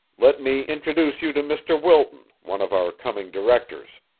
let me introduce you to mr. wilton, one of our coming directors.